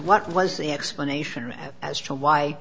what was the explanation as to why